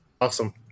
Awesome